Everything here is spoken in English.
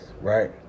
right